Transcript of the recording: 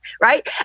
right